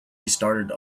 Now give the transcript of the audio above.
restarted